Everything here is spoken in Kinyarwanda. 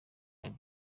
hari